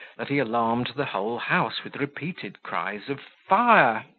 that he alarmed the whole house with repeated cries of fire!